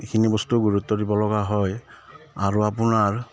এইখিনি বস্তু গুৰুত্ব দিব লগা হয় আৰু আপোনাৰ